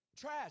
Trash